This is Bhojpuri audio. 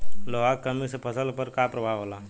लोहा के कमी से फसल पर का प्रभाव होला?